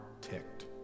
ticked